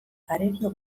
arerio